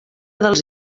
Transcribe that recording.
dels